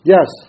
Yes